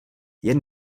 jen